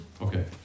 Okay